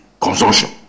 consumption